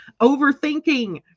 Overthinking